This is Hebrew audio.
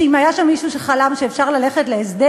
שאם היה שם מישהו שחלם שאפשר ללכת להסדר